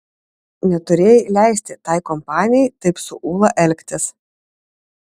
neturėjai leisti tai kompanijai taip su ūla elgtis